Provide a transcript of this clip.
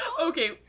Okay